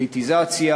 פוליטיזציה.